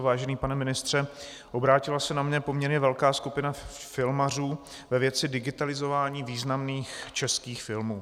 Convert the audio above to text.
Vážený pane ministře, obrátila se na mě poměrně velká skupina filmařů ve věci digitalizování významných českých filmů.